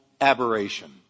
aberration